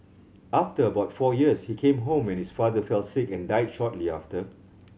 after about four years he came home when his father fell sick and died shortly after